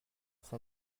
son